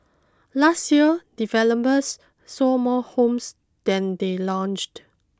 last year developers sold more homes than they launched